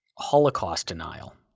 holocaust denial,